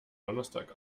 donnerstag